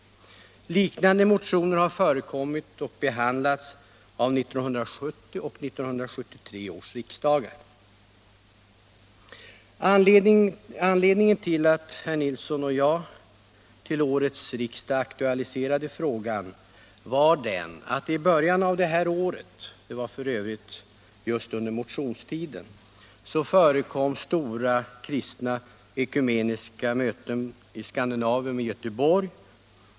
Liknande motioner har förekommit vid och behandlats av 1970 och 1973 års riksdagar. Anledningen till att Tore Nilsson och jag till årets riksdag aktualiserade frågan var den att i början av det här året — det var f.ö. just under den allmänna motionstiden — förekom stora kristna ekumeniska möten i Scandinavium i Göteborg.